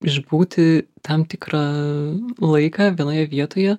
išbūti tam tikrą laiką vienoje vietoje